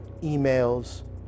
Emails